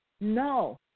No